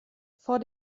vor